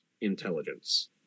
intelligence